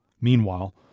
Meanwhile